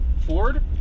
Ford